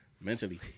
Mentally